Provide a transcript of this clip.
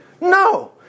No